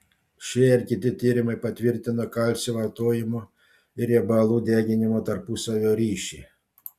šie ir kiti tyrimai patvirtino kalcio vartojimo ir riebalų deginimo tarpusavio ryšį